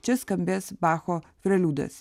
čia skambės bacho preliudas